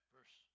Verse